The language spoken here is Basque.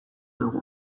digu